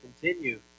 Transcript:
continue